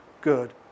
good